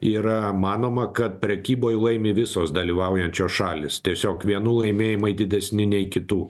yra manoma kad prekyboj laimi visos dalyvaujančios šalys tiesiog vienų laimėjimai didesni nei kitų